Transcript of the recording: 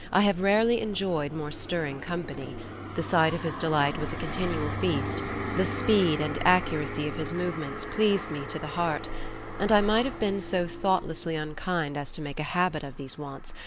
i have rarely enjoyed more stirring company the sight of his delight was a continual feast the speed and accuracy of his movements pleased me to the heart and i might have been so thoughtlessly unkind as to make a habit of these wants,